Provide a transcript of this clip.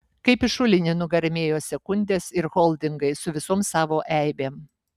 kaip į šulinį nugarmėjo sekundės ir holdingai su visom savo eibėm